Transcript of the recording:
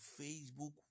Facebook